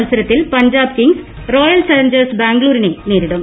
മത്സരത്തിൽ Punjab Kings Royal Challengers ബാംഗ്ലരിനെ നേരിടും